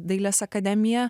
dailės akademiją